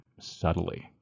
subtly